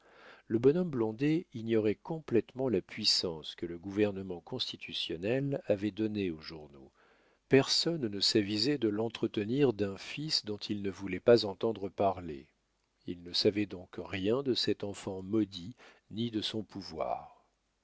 le bonhomme blondet ignorait complétement la puissance que le gouvernement constitutionnel avait donnée aux journaux personne ne s'avisait de l'entretenir d'un fils dont il ne voulait pas entendre parler il ne savait donc rien de cet enfant maudit ni de son pouvoir